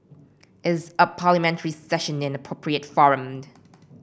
is a Parliamentary Session an appropriate farmed